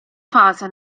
fase